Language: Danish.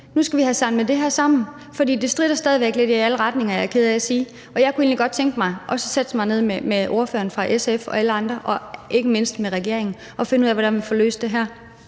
Nu skal vi have samlet det her sammen, for det stritter stadig væk lidt i alle retninger, er jeg ked af at sige. Jeg kunne egentlig godt tænke mig også at sætte mig ned med ordføreren fra SF og med alle andre og ikke mindst med regeringen og finde ud af, hvordan vi får løst det her.